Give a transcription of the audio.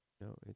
no